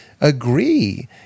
agree—